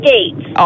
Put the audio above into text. Gates